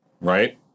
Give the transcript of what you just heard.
right